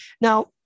Now